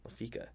Lafika